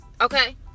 Okay